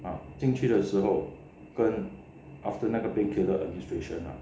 ah 进去的时候跟 after 那个 painkiller administration ah